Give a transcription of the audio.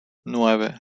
nueve